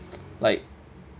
like